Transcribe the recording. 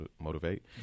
motivate